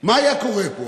מה היה קורה פה?